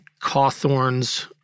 Cawthorns